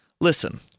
Listen